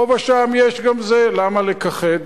פה ושם יש גם כאלה, למה לכחד.